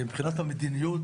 מבחינת המדיניות,